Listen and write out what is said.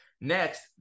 Next